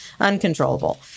Uncontrollable